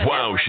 Wow